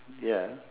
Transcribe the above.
ya